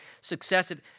successive